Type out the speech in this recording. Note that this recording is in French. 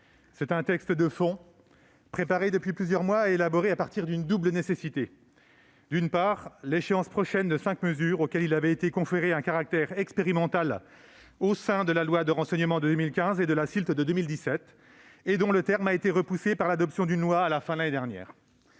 mais de fond, préparé depuis plusieurs mois et élaboré à partir d'une double nécessité. D'une part, il s'agit de l'échéance prochaine de cinq mesures, auxquelles il avait été conféré un caractère expérimental au sein de la loi Renseignement de 2015 et de la loi SILT de 2017 et dont le terme a été repoussé par l'adoption d'une loi à la fin de l'année dernière.